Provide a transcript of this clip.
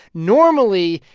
normally,